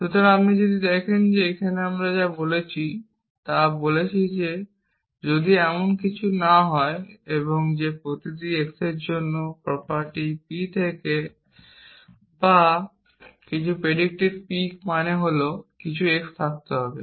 সুতরাং আপনি যদি দেখেন যে আমরা এখানে যা বলছি তা আমরা বলছি যে যদি এমন কিছু না হয় যে প্রতিটি x এর জন্য প্রপার্টি p থেকে বা কিছু predicate p এর মানে হল কিছু x থাকতে হবে